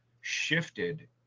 shifted